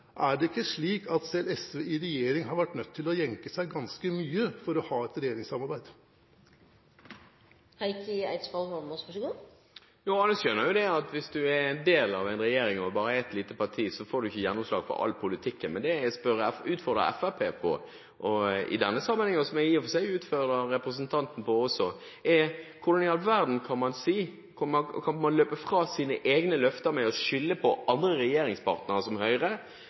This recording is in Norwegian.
Er det ikke slik at selv SV i regjering har vært nødt til å jenke seg ganske mye for å ha et regjeringssamarbeid? Jo, alle skjønner jo det at hvis du er en del av en regjering – og bare er et lite parti – får du ikke gjennomslag for all politikken. Men det jeg utfordrer Fremskrittspartiet på – og som jeg i denne sammenheng i og for seg også utfordrer representanten Jegstad på – er hvordan i all verden man kan løpe fra sine egne løfter ved å skylde på andre regjeringspartnere som Høyre,